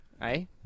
Hey